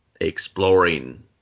exploring